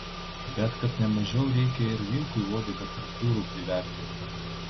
bet kad ne mažiau reikia ir vilkui uodegą tarp durų priverti